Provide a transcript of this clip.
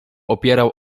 opierał